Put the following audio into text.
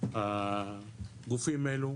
הגופים האלה